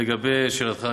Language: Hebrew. לגבי שאלתך,